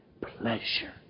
pleasure